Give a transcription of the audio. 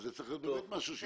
אז זה צריך להיות משהו קבוע.